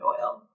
oil